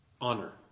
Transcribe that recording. honor